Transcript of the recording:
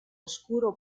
oscuro